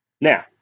Now